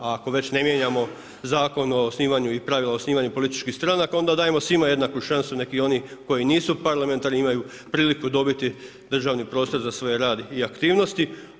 A ako već ne mijenjamo Zakon o osnivanju i pravila o osnivanju političkih stranaka onda dajemo svima jednaku šansu nek i oni koji nisu parlamentarni imaju priliku dobiti državni prostor za svoj rad i aktivnosti.